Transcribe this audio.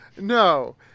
No